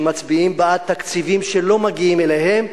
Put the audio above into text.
שהם מצביעים בעד תקציבים שלא מגיעים אליהם.